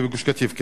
גוש-קטיף.